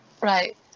right